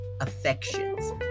affections